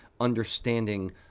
understanding